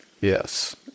Yes